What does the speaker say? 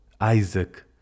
Isaac